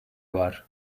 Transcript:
var